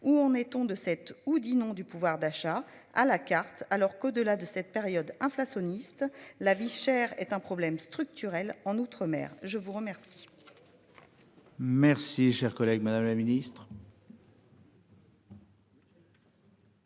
où en est-on de 7 ou 10 non du pouvoir d'achat à la carte alors qu'au-delà de cette période inflationniste. La vie chère est un problème structurel en outre-mer je vous remercie.